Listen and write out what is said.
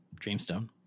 Dreamstone